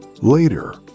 later